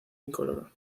incoloro